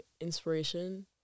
inspiration